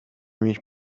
mich